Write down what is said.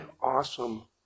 awesome